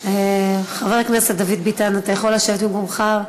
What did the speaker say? חבר הכנסת דוד ביטן, אתה יכול לשבת במקומך?